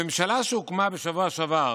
הממשלה שהוקמה בשבוע שעבר,